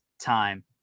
time